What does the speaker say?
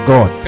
God